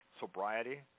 sobriety